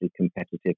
competitive